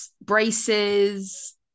braces